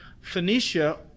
Phoenicia